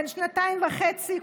בן שנתיים וחצי,